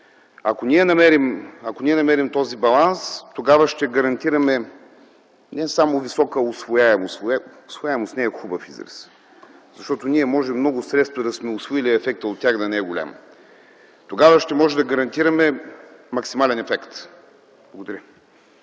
Ако ние намерим този баланс, тогава ще гарантираме не само висока усвояемост – „усвояемост” не е хубав израз, защото може много средства да сме усвоили, а ефектът от тях да не е голям, тогава ще можем да гарантираме максимален ефект. Благодаря.